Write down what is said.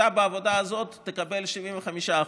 בעבודה הזאת תקבלי 75%,